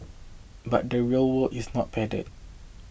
but the real world is not padded